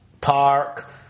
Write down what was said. park